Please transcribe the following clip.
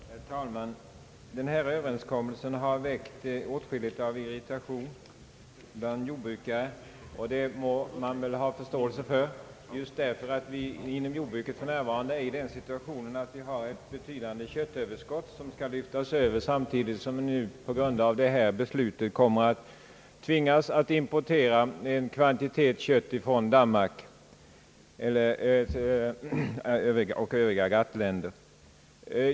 Herr talman! Den aktuella överenskommelsen har väckt åtskillig irritation bland jordbrukare, och det må man väl ha förståelse för eftersom vi inom jordbruket för närvarande är i den situationen att vi har ett betydande köttöverskott som skall lyftas över samtidigt som vi på grund av överenskommelsen kommer att tvingas importera en kvantitet kött från Danmark och övriga GATT-länder.